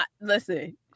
Listen